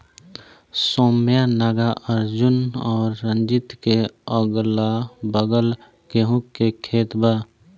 सौम्या नागार्जुन और रंजीत के अगलाबगल गेंहू के खेत बा